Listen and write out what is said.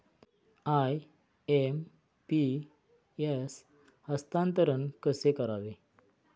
IMPS हस्तांतरण कसे करावे?